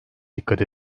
dikkat